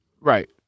Right